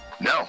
No